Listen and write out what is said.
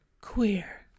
queer